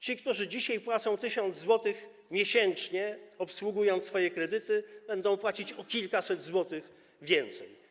Ci, którzy dzisiaj płacą 1 tys. zł miesięcznie, obsługując swoje kredyty, będą płacić o kilkaset złotych więcej.